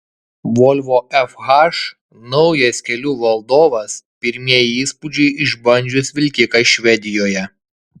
volvo fh naujas kelių valdovas pirmieji įspūdžiai išbandžius vilkiką švedijoje